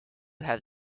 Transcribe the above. have